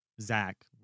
Zach